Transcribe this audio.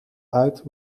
uit